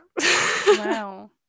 Wow